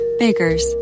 Bakers